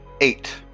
Eight